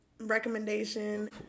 recommendation